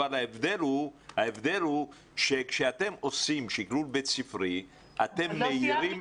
ההבדל הוא שכשאתם עושים שקלול בית ספרי אתם --- עוד לא סיימתי,